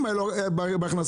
אם הייתה לו בעיה בהכנסות,